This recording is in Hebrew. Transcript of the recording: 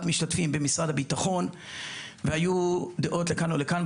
משתתפים במשרד הביטחון והיו דעות לכאן ולכאן,